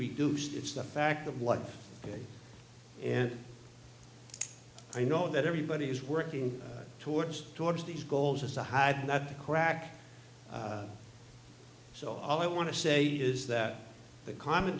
reduced it's the fact of life and i know that everybody is working towards towards these goals is to hide that crack so all i want to say is that the common